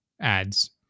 ads